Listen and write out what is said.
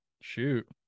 Shoot